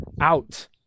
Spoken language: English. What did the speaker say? out